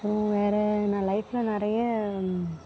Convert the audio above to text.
வேறு நான் லைஃப்பில் நிறைய